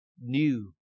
new